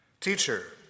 Teacher